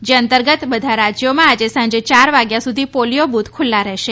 જે અંતર્ગત બધા રાજ્યોમાં આજે સાંજે યાર વાગ્યા સુધી પોલિયો બૂથ ખૂલ્લા રહેશે